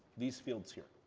these fields here.